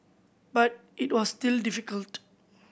but it was still difficult